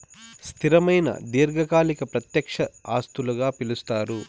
స్థిరమైన దీర్ఘకాలిక ప్రత్యక్ష ఆస్తులుగా పిలుస్తారు